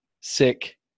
sick